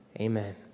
amen